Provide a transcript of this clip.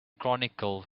chronicle